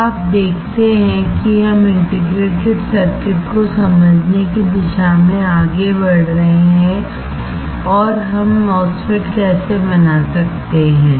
अब आप देखते हैं कि हम इंटीग्रेटेड सर्किट को समझने की दिशा में आगे बढ़ रहे हैं और हम MOSFET कैसे बना सकते हैं